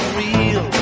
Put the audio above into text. real